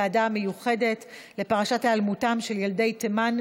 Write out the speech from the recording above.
לוועדה המיוחדת לפרשת היעלמותם של ילדי תימן,